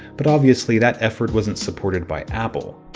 but obviously that effort wasn't supported by apple.